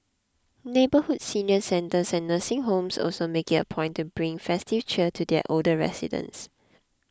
neighbourhood senior centres and nursing homes also make it a point to bring festive cheer to their older residents